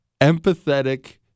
empathetic